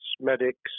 medics